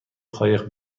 قایق